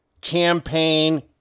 campaign